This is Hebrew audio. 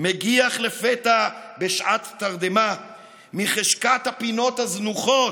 / מגיח לפתע בשעת תרדמה / מחשכת הפינות הזנוחות,